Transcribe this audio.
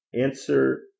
answer